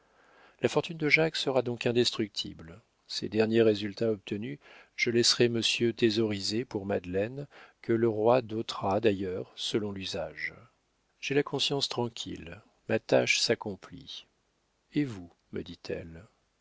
la fortune de jacques sera donc indestructible ces derniers résultats obtenus je laisserai monsieur thésauriser pour madeleine que le roi dotera d'ailleurs selon l'usage j'ai la conscience tranquille ma tâche s'accomplit et vous me dit-elle